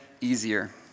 easier